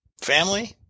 family